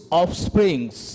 offsprings